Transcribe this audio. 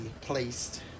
placed